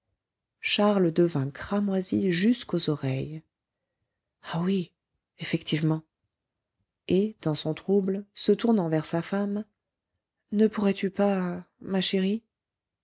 charles devint cramoisi jusqu'aux oreilles ah oui effectivement et dans son trouble se tournant vers sa femme ne pourrais-tu pas ma chérie